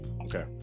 Okay